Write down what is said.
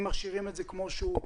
אם משאירים את הגיל כפי שהוא,